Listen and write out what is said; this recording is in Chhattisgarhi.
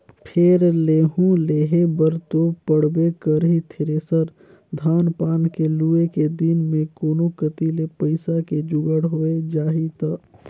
फेर लेहूं लेहे बर तो पड़बे करही थेरेसर, धान पान के लुए के दिन मे कोनो कति ले पइसा के जुगाड़ होए जाही त